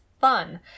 fun